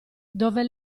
dove